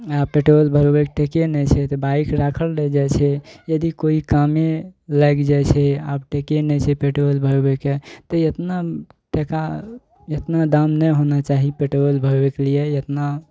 आ पेट्रोल भरबैके टके नहि छै तऽ बाइक राखल रहि जाइ छै यदि कोइ कामे लागि जाइ छै आब टके नहि छै पेट्रोल भरबैके तऽ एतना टेका एतना दाम नहि होना चाही पेट्रोल भरबैके लिए एतना